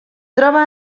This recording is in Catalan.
troba